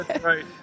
right